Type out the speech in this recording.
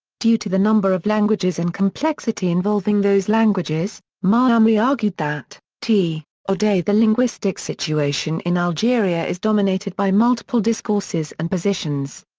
due to the number of languages and complexity involving those languages, maamri argued that t oday the linguistic situation in algeria is dominated by multiple discourses and positions.